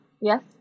Yes